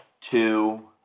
two